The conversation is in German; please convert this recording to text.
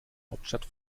hauptstadt